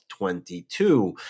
22